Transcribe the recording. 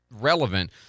relevant